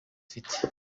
afite